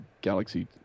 Galaxy